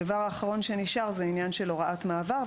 דבר אחרון שנשאר זה עניין של הוראת מעבר.